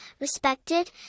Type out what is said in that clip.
respected